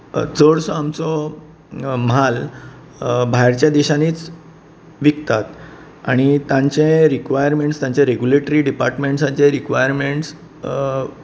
चडसो आमचो म्हाल भायरच्या देशांनीच विकतात आनी तांचे रिक्वायरमेंट्स तांचे रेगुलेटरी रेगुलेटरी डिपार्ट्समेंटाचे रिक्वायरमेंट्स